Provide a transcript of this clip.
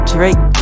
Drake